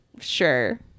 Sure